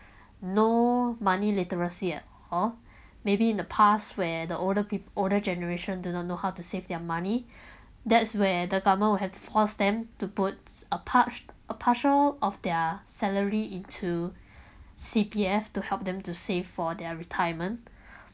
no money literacy at all maybe in the past where the older peo~ older generation do not know how to save their money that's where the government will have forced them to puts a part~ a partial of their salary into C_P_F to help them to save for their retirement